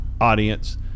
audience